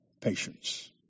Patience